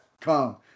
Come